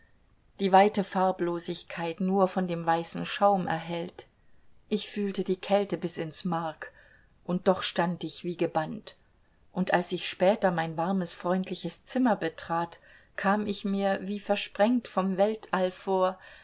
die weite farblosigkeit nur von dem weißen schaum erhellt ich fühlte die kälte bis in's mark und doch stand ich wie gebannt und als ich später mein warmes freundliches zimmer betrat kam ich mir wie versprengt vom weltall